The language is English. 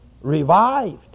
revived